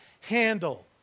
handle